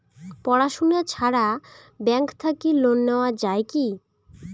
পড়াশুনা ছাড়া ব্যাংক থাকি লোন নেওয়া যায় কি?